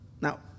Now